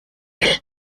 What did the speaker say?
will